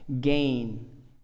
gain